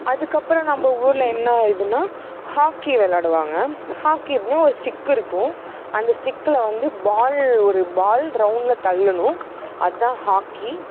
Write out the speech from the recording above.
அதுக்கப்பும் நம்ம ஊரில் என்ன இதுன்னா ஹாக்கி விளாடுவாங்க ஹாக்கி எப்படின்னா ஒரு ஸ்டிக்கு இருக்கும் அந்த ஸ்டிக்கில் வந்து பால் ஒரு பால் ரௌண்டில் தள்ளணும் அதான் ஹாக்கி